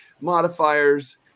modifiers